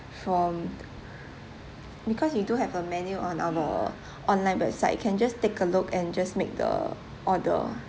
from because we do have a menu on our online website you can just take a look and just make the order